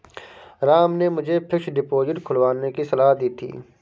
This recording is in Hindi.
राम ने मुझे फिक्स्ड डिपोजिट खुलवाने की सलाह दी थी